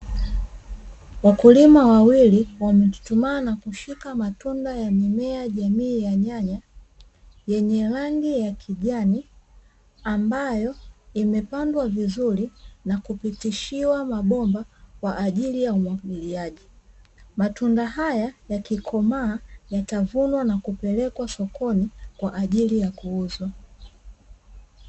Wakulima wawili wamechuchumaa na kushika matunda ya mimea jamii ya nyanya yenye rangi ya kijani ambayo imepandwa vizuri na kupitishiwa mabomba kwa ajili ya umwagiliaji. Matunda haya yakikomaa yatavunwa na kupelekwa sokoni kwa ajili ya kuuzwa.